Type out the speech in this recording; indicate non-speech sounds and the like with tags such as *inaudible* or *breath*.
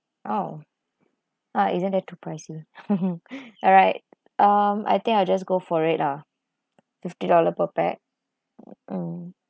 oh ah isn't that too pricey *laughs* *breath* alright um I think I'll just go for it lah fifty dollar per pax um